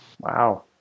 Wow